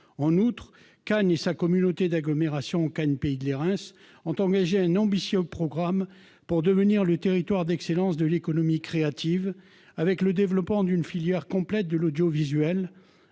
En outre, Cannes et sa communauté d'agglomération, Cannes Pays de Lérins, ont engagé un ambitieux programme pour devenir le territoire d'excellence de l'économie créative, avec le développement d'une filière complète de l'audiovisuel,